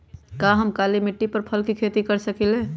का हम काली मिट्टी पर फल के खेती कर सकिले?